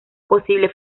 posible